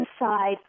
inside